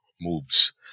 moves